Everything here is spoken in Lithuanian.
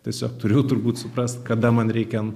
tiesiog turiu turbūt suprast kada man reikia